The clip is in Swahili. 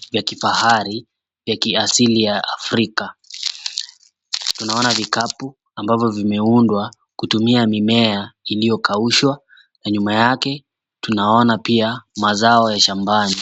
vya kifahari vya kiasili ya Afrika. Tunaona vikapu ambavyo vimeundwa kutumia mimea iliyokaushwa na nyuma yake tunaona pia mazao ya shambani.